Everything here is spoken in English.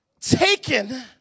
taken